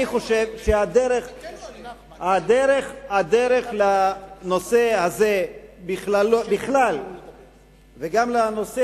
אני חושב שהדרך לנושא הזה בכלל וגם לנושא